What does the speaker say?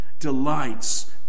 delights